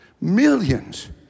Millions